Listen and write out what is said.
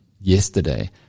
yesterday